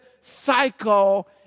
cycle